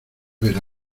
ver